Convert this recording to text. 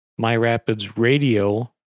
myrapidsradio